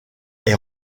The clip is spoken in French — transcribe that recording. est